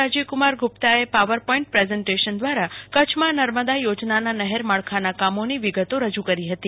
રાજીવ કુમાર ગુપ્તાએ PowerPoint presentation દ્વારા કચ્છમાં નર્મદા યોજનાના નહેર માળખાના કામોની વિગતો રજુ કરી હતી